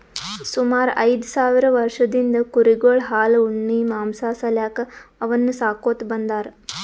ಸುಮಾರ್ ಐದ್ ಸಾವಿರ್ ವರ್ಷದಿಂದ್ ಕುರಿಗೊಳ್ ಹಾಲ್ ಉಣ್ಣಿ ಮಾಂಸಾ ಸಾಲ್ಯಾಕ್ ಅವನ್ನ್ ಸಾಕೋತ್ ಬಂದಾರ್